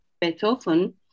Beethoven